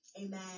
amen